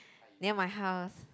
near my house